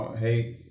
Hey